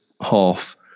half